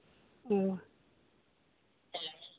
ᱚᱸᱻ